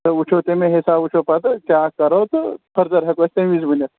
تہٕ وُچھو تَمے حِساب وُچھو پَتہٕ کیٛاہ کَرو تہٕ فٔردَر ہٮ۪کو أسۍ تَمہِ وِزِ ؤنِتھ